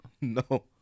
No